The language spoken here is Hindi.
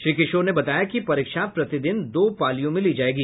श्री किशोर ने बताया कि परीक्षा प्रतिदिन दो पालियों में ली जायेगी